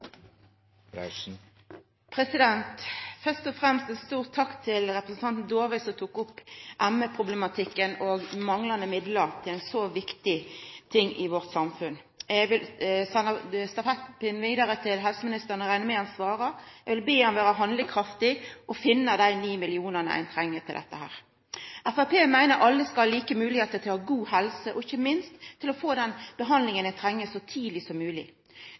framtida. Først og fremst ei stor takk til representanten Dåvøy som tok opp ammeproblematikken og manglande midlar til ein så viktig ting i vårt samfunn. Eg vil senda stafettpinnen vidare til helseministeren. Eg reknar med at han svarar, og eg vil be han vera handlekraftig og finna dei 9 mill. kr ein treng til dette. Framstegspartiet meiner at alle skal ha like moglegheiter til å ha god helse og ikkje minst til å få den behandlinga ein treng så tidleg som